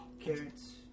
carrots